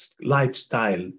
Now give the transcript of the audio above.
lifestyle